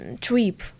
trip